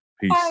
Peace